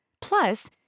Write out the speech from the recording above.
Plus